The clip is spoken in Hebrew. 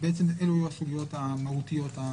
בעצם אלו הסוגיות המהותיות.